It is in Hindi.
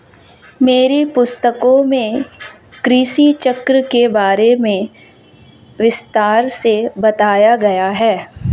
मेरी पुस्तकों में कृषि चक्र के बारे में विस्तार से बताया गया है